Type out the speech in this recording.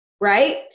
right